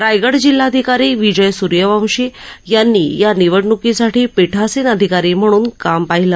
रायगड जिल्हाधिकारी विजय सुर्यवंशी यांनी या निवडणूकीसाठी पिठासीन अधिकारी म्हणून काम पाहिलं